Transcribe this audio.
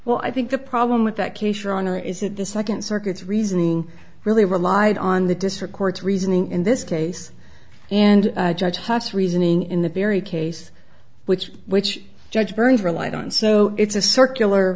well i think the problem with that case your honor is it the second circuit's reasoning really relied on the district court's reasoning in this case and judge haas reasoning in the very case which which judge burns relied on so it's a circular